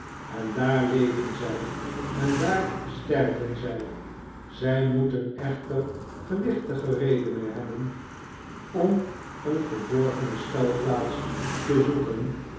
en daar leven zij en daar sterven zij zij moeten echter gewichtige redenen hebben om eene verborgene schuilplaats te zoeken